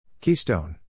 Keystone